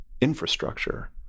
Infrastructure